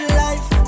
life